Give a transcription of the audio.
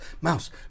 mouse